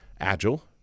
agile